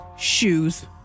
Shoes